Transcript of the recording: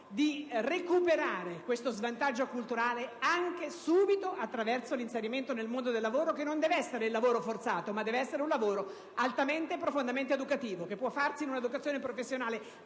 di recuperare questo svantaggio culturale tempestivamente, attraverso l'inserimento nel mondo del lavoro, che non deve essere il lavoro forzato, ma un lavoro altamente e profondamente educativo. Si può fare educazione professionale